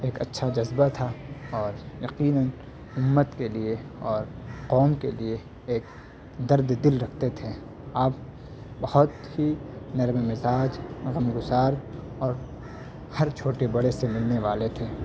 ایک اچھا جذبہ تھا اور یقیناً امت کے لیے اور قوم کے لیے ایک درد دل رکھتے تھے آپ بہت ہی نرم مزاج غمگسار اور ہر چھوٹے بڑے سے ملنے والے تھے